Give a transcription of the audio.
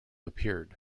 appeared